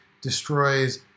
destroys